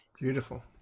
Beautiful